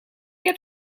heb